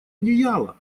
одеяло